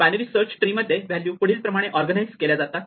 binary search tree मध्ये value पुढील प्रमाणे ऑर्गनाइज केल्या जातात